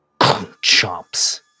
chomps